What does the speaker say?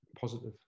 positive